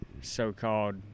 so-called